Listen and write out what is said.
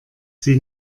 sie